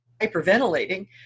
hyperventilating